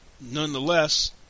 nonetheless